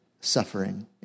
suffering